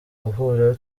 guhura